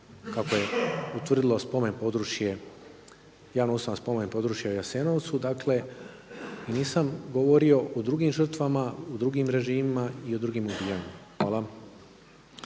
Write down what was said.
kako je utvrdilo spomen područje javno … spomen područje u Jasenovcu, dakle nisam govorio o drugim žrtvama, o drugim režimima i o drugim ubijanjima. Hvala.